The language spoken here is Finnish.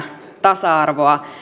tasa arvoa